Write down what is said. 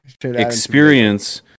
experience